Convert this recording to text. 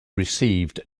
received